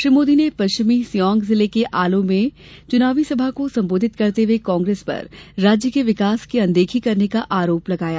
श्री मोदी ने पश्चिमी सिआंग जिले के आलो में चुनावी सभा को संबोधित करते हुए कांग्रेस पर राज्य के विकास की अनदेखी करने का आरोप लगाया